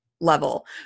level